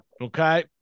Okay